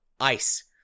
ice